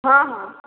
ହଁ ହଁ